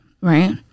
right